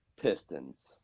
Pistons